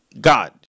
God